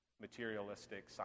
materialistic